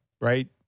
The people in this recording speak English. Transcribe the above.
right